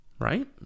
right